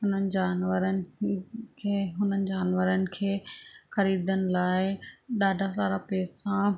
उन्हनि जानवरनि खे हुननि जानवरनि खे ख़रीदण लाइ ॾाढा सारा पेसा